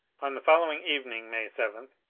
on the following evening, may seven,